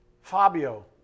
Fabio